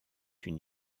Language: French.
une